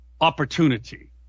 opportunity